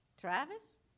Travis